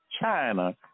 China